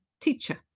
teacher